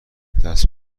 دست